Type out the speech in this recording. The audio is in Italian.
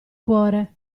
cuore